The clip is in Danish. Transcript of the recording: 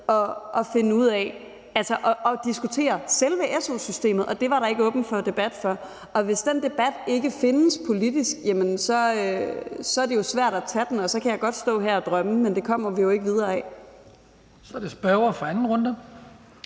interesserede i at diskutere selve su-systemet, og det var der ikke åbent for debat for. Hvis den debat ikke findes politisk, er det jo svært at tage den, og så kan jeg godt stå her og drømme, men det kommer vi jo ikke videre af. Kl. 16:36 Den fg. formand (Hans